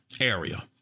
area